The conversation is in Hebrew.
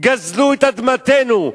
גזלו את אדמתנו.